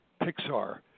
Pixar